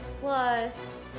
plus